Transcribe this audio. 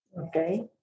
okay